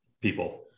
people